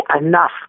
enough